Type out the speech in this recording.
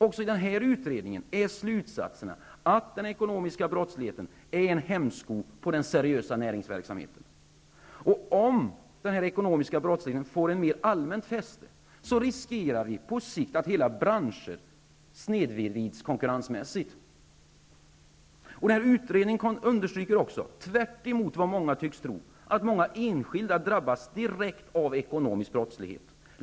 Också i den utredningen är slutsatsen den att den ekonomiska brottsligheten är en hämsko på den seriösa näringsverksamheten. Om den ekonomiska brottsligheten får mer allmänt fäste riskerar på sikt hela branscher att snedvridas konkurrensmässigt. Utredningen understryker också -- tvärtemot vad många tycks tro -- att många enskilda drabbas direkt av en ekonomisk brottslighet.